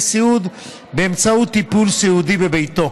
סיעוד באמצעות טיפול סיעודי בביתו,